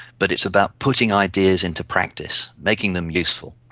but it's about putting ideas into practice, making them useful.